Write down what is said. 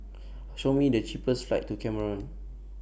Show Me The cheapest flights to Cameroon